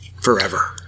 forever